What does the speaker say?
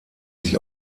sich